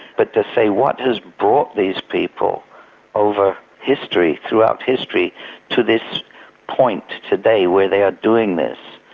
but to say, what has brought these people over history throughout history to this point today, where they are doing this?